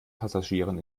passagieren